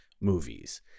movies